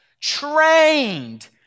trained